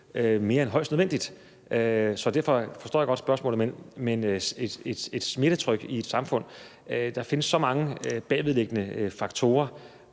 længere end højst nødvendigt, så derfor forstår jeg godt spørgsmålet. Hvad angår et smittetryk i et samfund, vil jeg sige, at der findes så mange bagvedliggende faktorer,